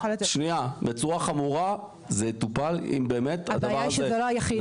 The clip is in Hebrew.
זה יטופל, אם באמת הדבר הזה